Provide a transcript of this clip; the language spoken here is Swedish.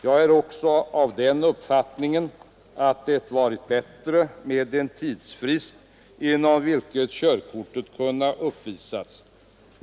Jag är också av den uppfattningen att det hade varit bättre med en tidsfrist inom vilken körkortet kunnat uppvisas.